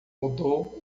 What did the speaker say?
mudou